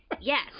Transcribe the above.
Yes